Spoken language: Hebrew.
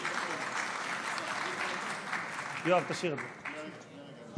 אני, ניר ברקת, בן